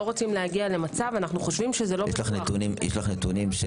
יש לך נתונים?